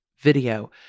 Video